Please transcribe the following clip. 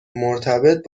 مرتبط